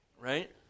Right